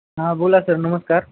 हां बोला सर नमस्कार